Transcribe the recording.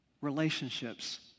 Relationships